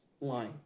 line